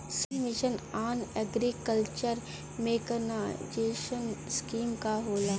सब mission on agriculture mechanization scheme का होला?